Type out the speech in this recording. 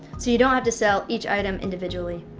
so you don't have to sell each item individually.